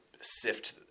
sift